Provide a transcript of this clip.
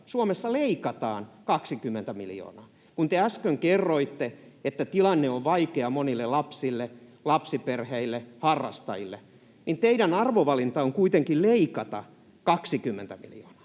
Suomessa leikataan 20 miljoonaa? Kun te äsken kerroitte, että tilanne on vaikea monille lapsille, lapsiperheille, harrastajille, niin teidän arvovalintanne on kuitenkin leikata 20 miljoonaa.